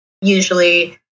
usually